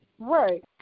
Right